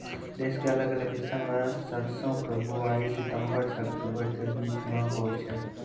देश के अलग अलग हिस्सा मॅ सरसों के बुआई सितंबर सॅ अक्टूबर के बीच मॅ होय छै